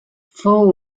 fou